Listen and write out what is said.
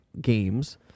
games